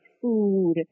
food